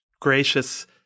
gracious